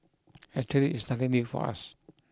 actually it's nothing new for us